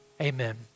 Amen